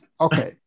Okay